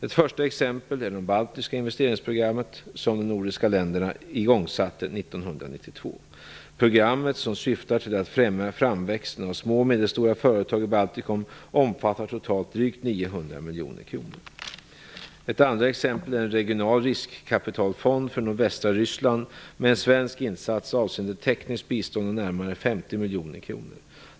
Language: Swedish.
Ett första exempel är det baltiska investeringsprogrammet som de nordiska länderna igångsatte 1992. Programmet, som syftar till att främja framväxten av små och medelstora företag i Baltikum, omfattar totalt drygt 900 miljoner kronor. Ett andra exempel är en regional riskkapitalfond för nordvästra Ryssland med en svensk insats avseende tekniskt bistånd om närmare 50 miljoner kronor.